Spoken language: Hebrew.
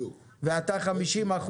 אתה 50%,